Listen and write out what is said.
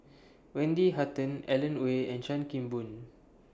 Wendy Hutton Alan Oei and Chan Kim Boon